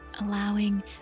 Allowing